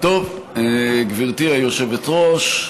גברתי היושבת-ראש,